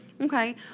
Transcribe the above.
Okay